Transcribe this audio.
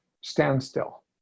standstill